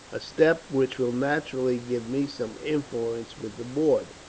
a step which will naturally give me some influence with the board.